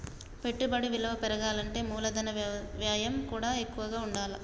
పెట్టుబడి విలువ పెరగాలంటే మూలధన వ్యయం కూడా ఎక్కువగా ఉండాల్ల